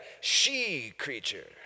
she-creature